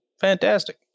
Fantastic